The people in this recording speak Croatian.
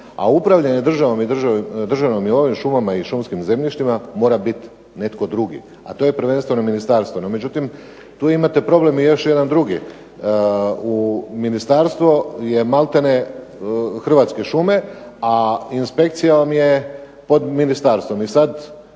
A upravljanje državom i državnom imovinom, šumama i šumskim zemljištima mora biti netko drugi, a to je prvenstveno ministarstvo. No međutim, tu imate problem i još jedan drugi. U ministarstvo je maltene Hrvatske šume, a inspekcija vam je pod ministarstvom. I sad